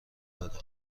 داره